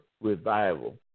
revival